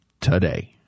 today